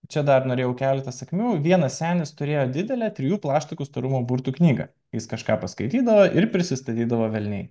čia dar norėjau keletą sakmių vienas senis turėjo didelę trijų plaštakų storumo burtų knygą jis kažką paskaitydavo ir prisistatydavo velniai